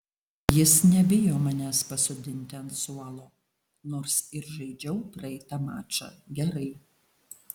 jis nebijo manęs pasodinti ant suolo nors ir žaidžiau praeitą mačą gerai